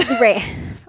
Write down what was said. Right